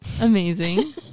Amazing